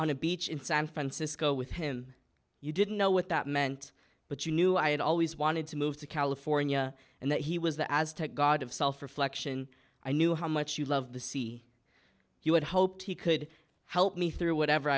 on a beach in san francisco with him you didn't know what that meant but you knew i had always wanted to move to california and that he was the aztec god of self reflection i knew how much you love the sea you had hoped he could help me through whatever